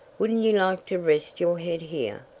wouldn't you like to rest your head here,